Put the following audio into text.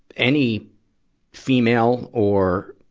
any female or,